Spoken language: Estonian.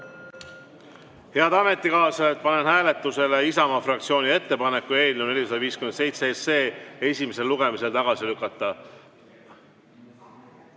Head ametikaaslased, panen hääletusele Isamaa fraktsiooni ettepaneku eelnõu 457 esimesel lugemisel tagasi lükata.